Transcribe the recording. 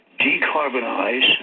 decarbonize